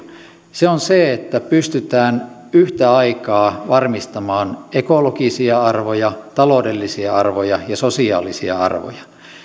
se on se että pystytään yhtä aikaa varmistamaan ekologisia arvoja taloudellisia arvoja ja sosiaalisia arvoja